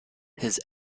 his